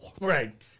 Right